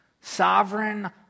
Sovereign